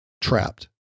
trapped